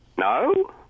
No